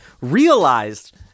realized